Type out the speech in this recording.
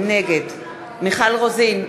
נגד מיכל רוזין,